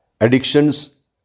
Addictions